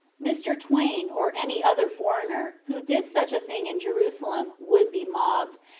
mr. twain or any other foreigner who did such a thing in jerusalem would be mobbed,